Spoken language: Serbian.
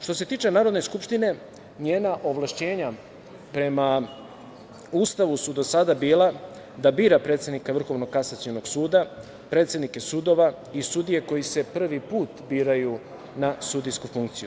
Što se tiče Narodne skupštine, njena ovlašćenja prema Ustavu su do sada bila da bira predsednika Vrhovnog kasacionog suda, predsednike sudova i sudije koji prvi put biraju na sudijsku funkciju.